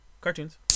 cartoons